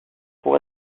pour